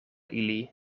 ili